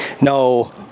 no